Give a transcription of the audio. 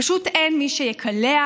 פשוט אין מי שיקלח,